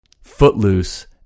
Footloose